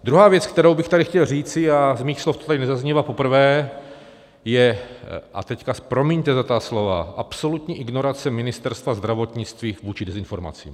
Druhá věc, kterou bych tady chtěl říci, a z mých slov to tady nezaznívá poprvé, je, a teď promiňte za ta slova, absolutní ignorace Ministerstva zdravotnictví vůči dezinformacím.